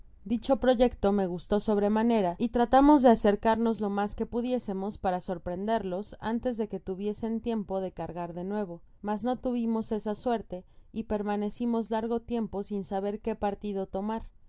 dicho proyecto me gustó sobremanera y trata mos de acercarnos lo mas que pudiésemos para sorpren derlos antes de que tuviesen tiempo de cargar de nuevo mas m tuvimos esa suerte y permanecimos largo tiempo sin saber que partido tomar